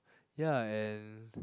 ya and